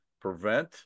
prevent